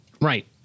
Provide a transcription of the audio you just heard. Right